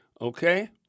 okay